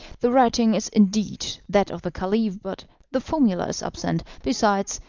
the writing is indeed that of the caliph, but the formula is absent. besides,